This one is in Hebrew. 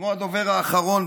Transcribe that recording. כמו הדובר האחרון,